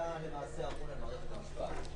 אתה למעשה אמון על מערכת המשפט.